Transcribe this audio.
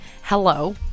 hello